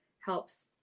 helps